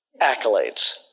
accolades